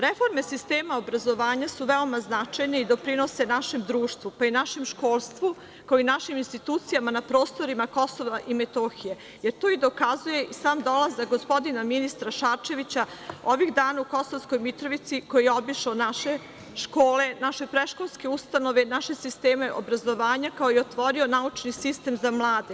Reforme sistema obrazovanja su veoma značajne i doprinose našem društvu, pa i našem školstvu, kao i našim institucijama na prostorima Kosova i Metohije, jer to dokazuje i sam dolazak gospodina ministra Šarčevića ovih dana u Kosovskoj Mitrovici, koji je obišao naše škole, naše predškolske ustanove, naše sisteme obrazovanja, kao i otvorio naučni sistem za mlade.